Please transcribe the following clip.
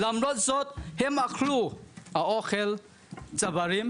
הם אכלו אוכלים צברי,